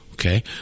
Okay